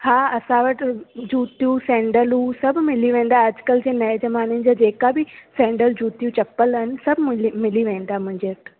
हा असां वटि जूतियूं सेंडलूं सभु मिली वेंदा अॼुकल्ह जे नएं ज़माने जा जेका बि सेंडल जूतियूं चपल आहिनि सभु मिली मिली वेंदा मुंहिंजे वटि